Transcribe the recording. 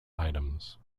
items